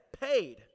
paid